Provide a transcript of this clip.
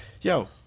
yo